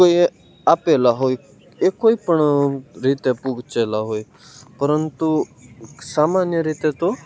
કોઈએ આપેલા હોય એ કોઈપણ રીતે પહોંચેલા હોય પરંતુ સામાન્ય રીતે તો